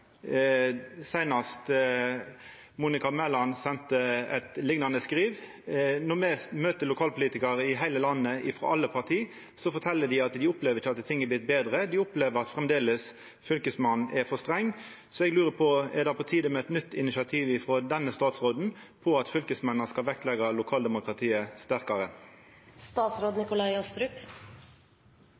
Seinast sende Monica Mæland eit slikt skriv. Når me møter lokalpolitikarar i heile landet, frå alle parti, fortel dei at dei ikkje opplever at ting har vorte betre. Dei opplever framleis at Fylkesmannen er for streng. Så eg lurer på: Er det på tide med eit nytt initiativ frå denne statsråden om at fylkesmennene skal vektleggja lokaldemokratiet